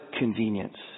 convenience